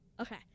okay